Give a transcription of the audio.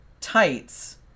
tights